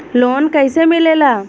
Loan कईसे मिलेला?